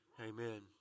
amen